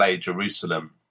Jerusalem